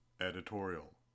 Editorial